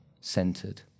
centered